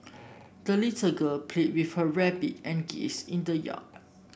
the little girl played with her rabbit and geese in the yard